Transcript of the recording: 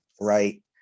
Right